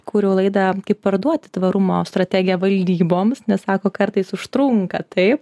kūriau laidą kaip parduoti tvarumo strategiją valdyboms nes sako kartais užtrunka taip